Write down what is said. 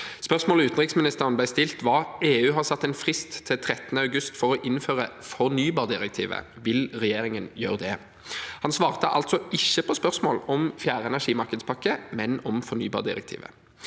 Spørsmålet utenriksministeren ble stilt, var: «EU har satt en frist til 13. august for å innføre fornybardirektivet. Vil regjeringen gjøre det?» Han svarte altså ikke på spørsmål om fjerde energimarkedspakke, men om fornybardirektivet.